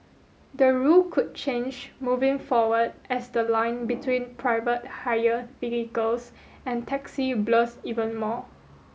the rule could change moving forward as the line between private hire vehicles and taxis blurs even more